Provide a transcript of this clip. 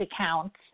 accounts